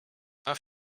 baw